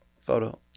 photo